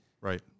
Right